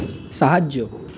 সাহায্য